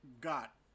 got